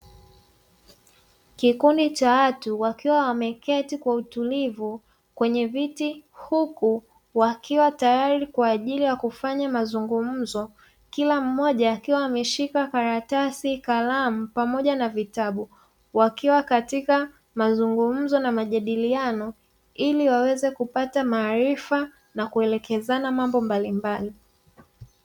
Kikundi cha watu wakiwa wameketi kwa utulivu kwenye viti, huku wakiwa tayari kwa ajili ya kufanya mazungumzo, kila mmoja akiwa ameshika karatasi, kalamu pamoja na vitabu, wakiwa katika mazungumzo na majadiliano ili waweze kupata maarifa na kuelekezana mambo mbalimbali.